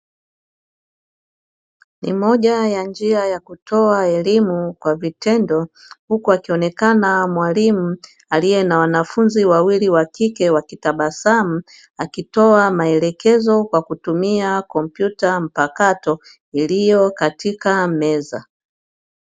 Ni moja katika njia ya kutoa elimu kwa vitendo, huku akionekana mwalimu aliye na wanafunzi wawili wa kike wakitabasamu, akitoa maelekezo kwa kutumia kompyuta mpakato iliyo katika meza.